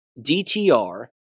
DTR